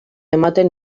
ematen